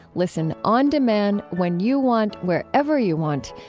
listen on demand, when you want, wherever you want.